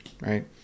right